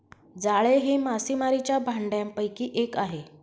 जाळे हे मासेमारीच्या भांडयापैकी एक आहे